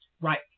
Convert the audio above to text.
Right